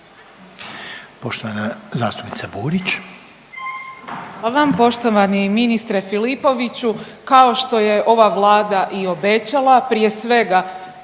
Poštovana zastupnica Burić. **Burić, Majda (HDZ)** Hvala vam. Poštovani ministre Filipoviću, kao što je ova Vlada i obećala prije svega